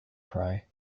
cry